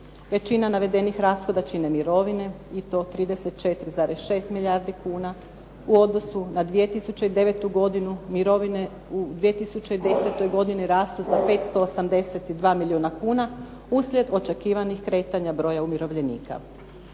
Većina navedenih rashoda čine mirovine i to 34,6 milijardi kuna, i to u odnosu na 2009. godini mirovine u 2010. godini rastu za 582 milijuna kuna, uslijed očekivanih kretanja broja umirovljenika.